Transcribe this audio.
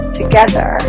together